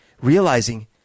realizing